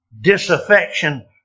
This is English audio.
disaffection